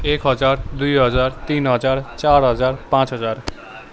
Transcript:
एक हजार दुई हजार तिन हजार चार हजार पाँच हजार